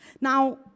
Now